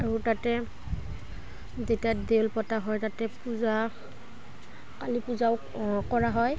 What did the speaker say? আৰু তাতে যেতিয়া দেউল পতা হয় তাতে পূজা কালী পূজাও কৰা হয়